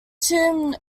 tune